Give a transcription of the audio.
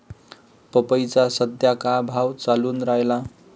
पपईचा सद्या का भाव चालून रायला?